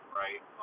right